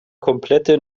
komplette